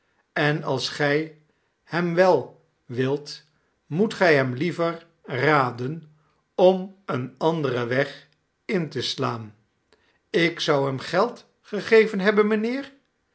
en als gij hem wel wilt moet gij hem liever raden om een anderen weg in te slaan ik zou hem geld gegeven hebben mijnheer